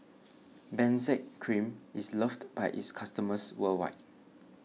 Benzac Cream is loved by its customers worldwide